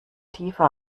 tiefer